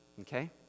okay